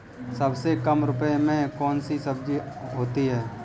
सबसे कम रुपये में कौन सी सब्जी होती है?